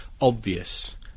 obvious